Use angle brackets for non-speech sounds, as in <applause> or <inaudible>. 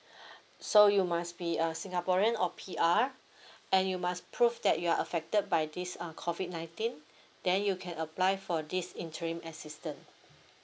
<breath> so you must be a singaporean or P_R <breath> and you must prove that you're affected by this uh COVID nineteen then you can apply for this interim assistance